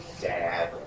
dad